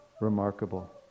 remarkable